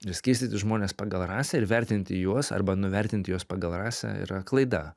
ir skirstyti žmones pagal rasę ir vertinti juos arba nuvertinti juos pagal rasę yra klaida